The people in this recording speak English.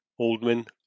Oldman